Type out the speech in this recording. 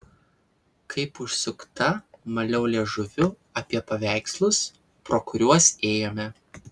kaip užsukta maliau liežuviu apie paveikslus pro kuriuos ėjome